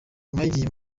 mwagiye